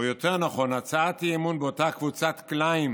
או יותר נכון, הצעת אי-אמון באותה קבוצת כלאיים